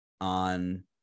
on